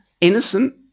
Innocent